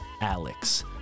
Alex